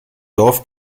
dorf